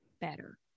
better